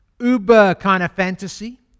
uber-kind-of-fantasy